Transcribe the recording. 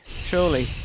surely